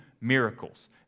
miracles